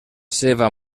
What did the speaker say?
seva